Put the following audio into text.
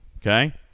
okay